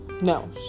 no